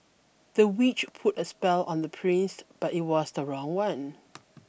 the witch put a spell on the prince but it was the wrong one